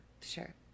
Sure